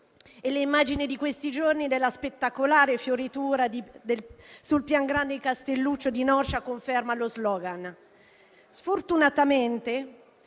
e le immagini di questi giorni della spettacolare fioritura sul Pian Grande di Castelluccio di Norcia conferma lo *slogan*. Sfortunatamente,